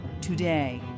today